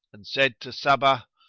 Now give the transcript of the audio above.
and said to sabbah,